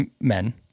men